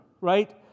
right